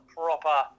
proper